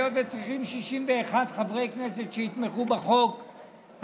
היות שצריכים להיות 61 חברי כנסת שיתמכו בחוק,